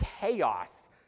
chaos